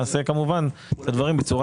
נעשה כמובן את הדברים בצורה